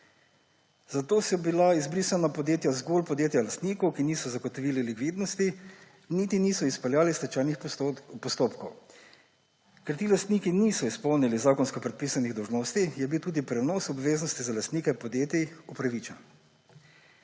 Zato so bila izbrisana podjetja zgolj podjetja lastnikov, ki niso zagotovili likvidnosti niti niso izpeljali stečajnih postopkov. Ker ti lastniki niso izpolnili zakonsko predpisanih dolžnosti, je bil tudi prenos obveznosti za lastnike podjetij upravičen.